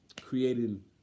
creating